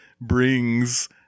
brings